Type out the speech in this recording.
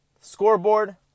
Scoreboard